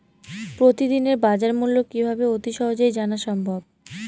প্রতিদিনের বাজারমূল্য কিভাবে অতি সহজেই জানা সম্ভব?